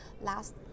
last